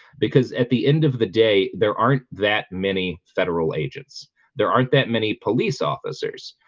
because at the end of the day, there aren't that many federal agents there aren't that many police officers?